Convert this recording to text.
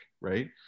right